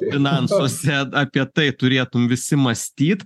finansuose apie tai turėtum visi mąstyt